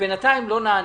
ובינתיים לא נעניתי.